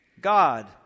God